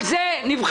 על זה נבחרנו.